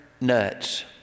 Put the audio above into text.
nuts